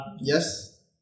yes